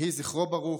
יהי זכרו ברוך,